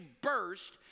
burst